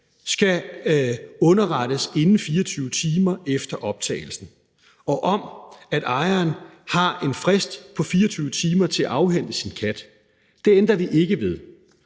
skal underrettes inden 24 timer efter optagelsen og underrettes om, at ejeren har en frist på 24 timer til at afhente sin kat. Det ændrer vi ikke ved.